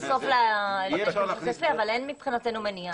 סוף ל --- אבל אין מבחינתנו מניעה.